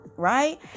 right